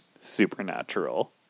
supernatural